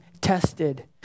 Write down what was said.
tested